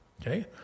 Okay